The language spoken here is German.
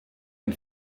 ein